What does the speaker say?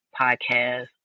podcast